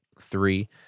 three